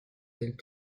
elle